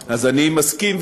אני מסכים,